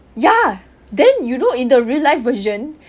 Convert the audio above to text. ya then you know in the real life version